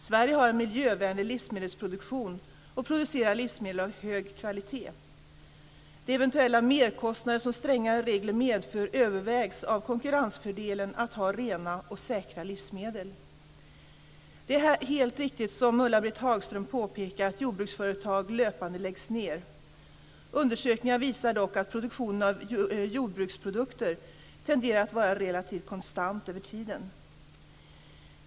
Sverige har en miljövänlig livsmedelsproduktion och producerar livsmedel av hög kvalitet. De eventuella merkostnader som strängare regler medför övervägs av konkurrensfördelen av att ha rena och säkra livsmedel. Det är helt riktigt som Ulla-Britt Hagström påpekar att jordbruksföretag löpande läggs ned. Undersökningar visar dock att produktionen av jordbruksprodukter tenderar att vara relativt konstant över tiden.